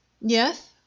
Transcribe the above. Yes